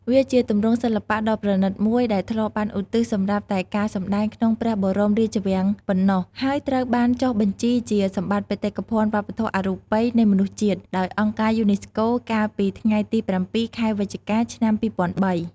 វាជាទម្រង់សិល្បៈដ៏ប្រណីតមួយដែលធ្លាប់បានឧទ្ទិសសម្រាប់តែការសម្ដែងក្នុងព្រះបរមរាជវាំងប៉ុណ្ណោះ ហើយត្រូវបានចុះបញ្ជីជា សម្បត្តិបេតិកភណ្ឌវប្បធម៌អរូបីនៃមនុស្សជាតិ ដោយអង្គការយូណេស្កូ កាលពីថ្ងៃទី ៧ ខែវិច្ឆិកា ឆ្នាំ២០០៣។